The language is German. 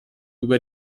über